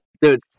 Dude